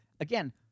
again